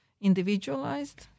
individualized